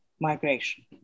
migration